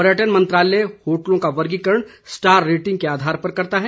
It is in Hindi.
पर्यटन मंत्रालय होटलों का वर्गीकरण स्टार रेटिंग के आधार पर करता है